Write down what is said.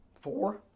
four